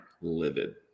livid